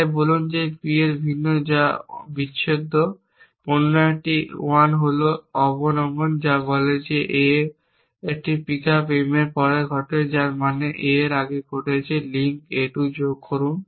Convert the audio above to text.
তাই বলুন যে p ভিন্ন যা বিচ্ছেদ অন্য 1 হল অবনমন যা বলে যে কর্ম A এই পিকআপ M এর পরে ঘটে যার মানে A এর আগে ঘটছে লিঙ্ক A 2 যোগ করুন